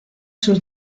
sus